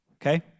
Okay